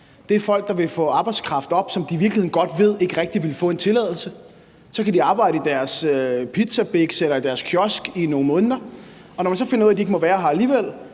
her, er folk, der vil få arbejdskraft herop, som de i virkeligheden godt ved ikke rigtig vil få en tilladelse. Så kan de arbejde i deres pizzabiks eller i deres kiosk i nogle måneder, og når man så finder ud af, at de ikke må være her alligevel,